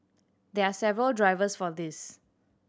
there are several drivers for this